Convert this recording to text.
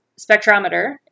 spectrometer